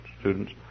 students